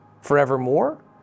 forevermore